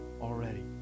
already